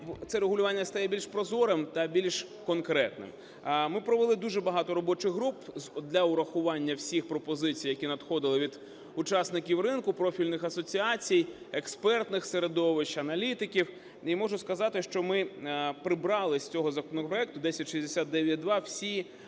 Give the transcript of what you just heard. це регулювання стає більш прозорим та більш конкретним. Ми провели дуже багато робочих груп для врахування всіх пропозицій, які надходили від учасників ринку, профільних асоціацій, експертних середовищ, аналітиків. І можу сказати, що ми прибрали з цього законопроекту 1069-2 всі … сподіваюсь,